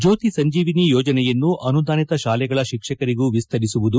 ಜ್ಕೋತಿ ಸಂಜೀವಿನಿ ಯೋಜನೆಯನ್ನು ಅನುದಾನಿತ ಶಾಲೆಗಳ ಶಿಕ್ಷಕರಿಗೂ ವಿಸ್ತರಿಸುವುದು